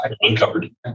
uncovered